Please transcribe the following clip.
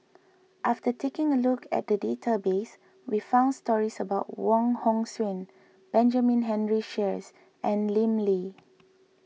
after taking a look at the database we found stories about Wong Hong Suen Benjamin Henry Sheares and Lim Lee